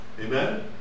Amen